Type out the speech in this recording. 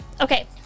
Okay